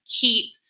keep